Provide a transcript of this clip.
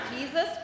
jesus